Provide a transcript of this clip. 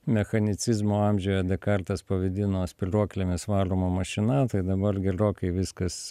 mechanicizmo amžiuje dekartas pavadino spyruoklėmis varoma mašina tai dabar gerokai viskas